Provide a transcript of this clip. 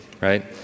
right